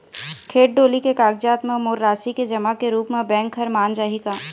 खेत डोली के कागजात म मोर राशि के जमा के रूप म बैंक हर मान जाही का?